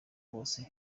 bose